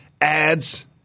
ads